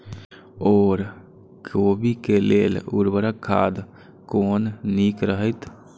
ओर कोबी के लेल उर्वरक खाद कोन नीक रहैत?